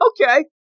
okay